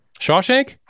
Shawshank